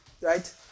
Right